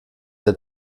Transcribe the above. der